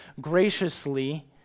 graciously